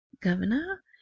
governor